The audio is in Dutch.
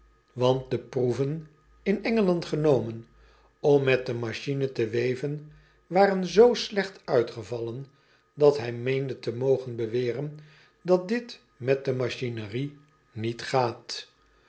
want de proeven in ngeland genomen om met de machinerie te w e v e n waren z slecht uitgevallen dat hij meende te mogen beweren dat dit met de machinerie niet gaat